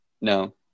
no